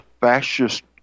fascist